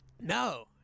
No